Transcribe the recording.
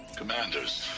commanders.